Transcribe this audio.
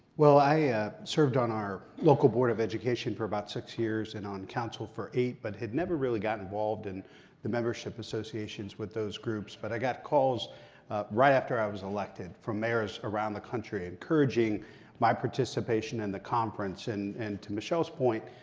well i served on our local board of education for about six years and on council for eight, but had never really got involved in the membership associations with those groups, but i got calls right after i was elected from mayors around the country encouraging my participation in and the conference, and and to michelle's point,